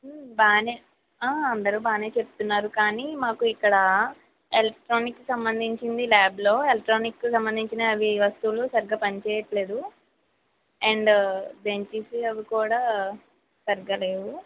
బానే ఆ అందరు బాగానే చెప్తున్నారు కానీ మాకు ఇక్కడా ఎలక్ట్రానిక్ సంబంధించింది ల్యాబ్ లో ఎలక్ట్రానిక్ కు సంబంధించిన అవి వస్తువులు సరిగ్గా పనిచేయట్లేదు అండ్ బెంచెస్ అవికూడా సరిగ్గా లేవు